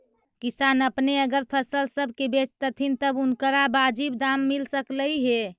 किसान अपने अगर फसल सब के बेचतथीन तब उनकरा बाजीब दाम मिल सकलई हे